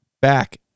back